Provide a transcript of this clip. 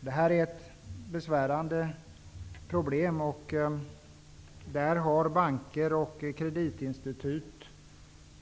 Det är ett förfärande problem, ett otyg. Banker och kreditinstitut har naturligtvis